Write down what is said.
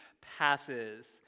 passes